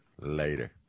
Later